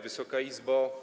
Wysoka Izbo!